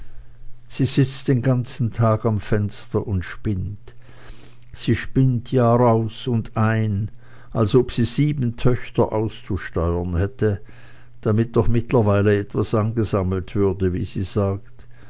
sie sitzt den ganzen tag am fenster und spinnt sie spinnt jahraus und ein als ob sie sieben töchter auszusteuern hätte damit doch mittlerweile etwas angesammelt würde wie sie sagt